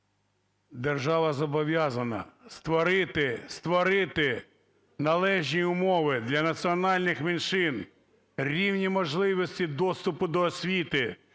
Держава зобов'язана створити належні умови для національних меншин, рівні можливості доступу до освіти